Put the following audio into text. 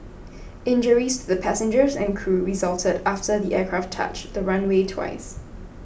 injuries to the passengers and crew resulted after the aircraft touched the runway twice